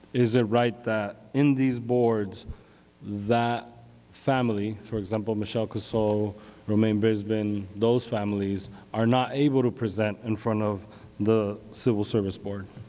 is it right that in these boards that family, for example michelle coastal so romaine biz men, those families are not able to present in front of the civil service board